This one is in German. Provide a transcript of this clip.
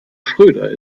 schröder